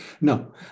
no